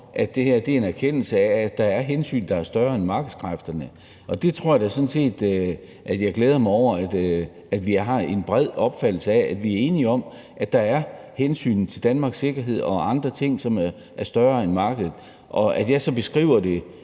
at det her er en erkendelse af, at der er hensyn, der er større end markedskræfterne. Og der glæder jeg mig da sådan set over, at der er en bred opfattelse af – og at vi er enige om det – at der er hensyn til Danmarks sikkerhed og andre ting, som er større end markedet. Og at jeg så beskriver det